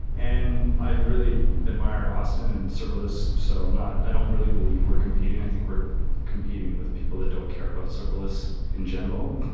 and i really admire austin and serverless, so um i don't really believe we're competing. i think we're competing with people that don't care about serverless in general.